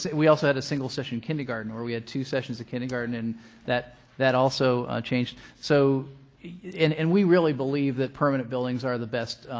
we also had a single session kindergarten where we had two sessions of kindergarten and that that also changed. so and we really believe that permanent buildings are the best